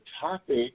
topic